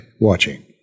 watching